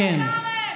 עין כרם,